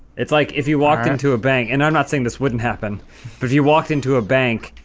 it's like if you walked into a bank and i'm not saying this wouldn't happen but if you walked into a bank,